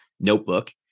notebook